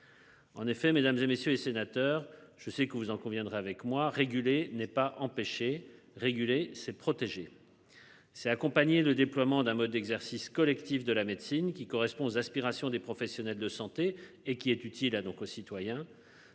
En effet, mesdames et messieurs les sénateurs. Je sais que vous en conviendrez avec moi, réguler n'est pas empêché réguler ses protégés. C'est accompagner le déploiement d'un mode d'exercice collectif, de la médecine qui correspond aux aspirations des professionnels de santé et qui est utile, a donc aux citoyens,